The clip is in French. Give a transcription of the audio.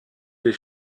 des